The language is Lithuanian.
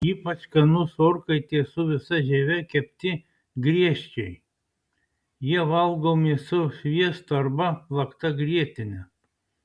ypač skanus orkaitėje su visa žieve kepti griežčiai jie valgomi su sviestu arba plakta grietine